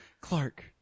Clark